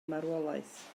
marwolaeth